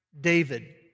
David